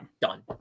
done